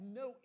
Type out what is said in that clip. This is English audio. no